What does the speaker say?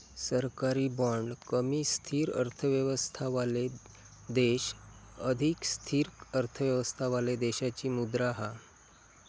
सरकारी बाँड कमी स्थिर अर्थव्यवस्थावाले देश अधिक स्थिर अर्थव्यवस्थावाले देशाची मुद्रा हा